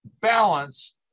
balance